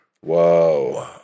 Whoa